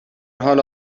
حال